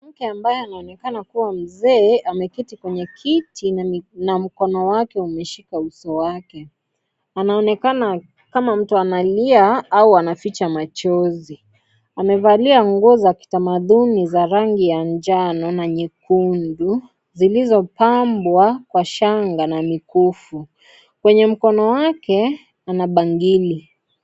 Mwanamke ambaye anaonekana kuwa mzee ameketi kwenye kiti na mkono wake umeshika uso wake, anaonekana kama mtu analia au anaficha machozi, amevalia nguo za kitamaduni za rangi ya njano na nyekundu zilizo pambwa kwa shanga na mikufu, kwenye mkono wake ana bangili.